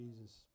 Jesus